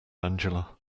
angela